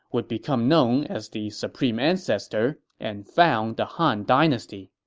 would become known as the supreme ancestor and found the han dynasty